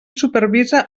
supervisa